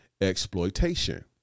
exploitation